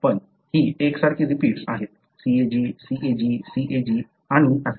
पण ही एकसारखे रिपीट्स आहेत CAG CAG CAG आणि असेच